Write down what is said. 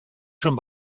schon